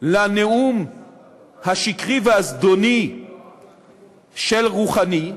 לנאום השקרי והזדוני של רוחאני,